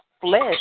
flesh